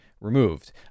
removed